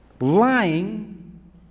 lying